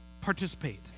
participate